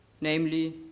namely